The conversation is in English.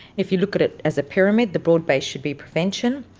if you look at it as a pyramid, the broad base should be prevention,